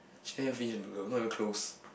she didn't even finish her noodle not even close